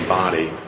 body